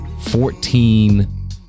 Fourteen